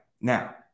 Now